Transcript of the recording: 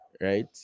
Right